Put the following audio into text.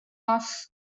off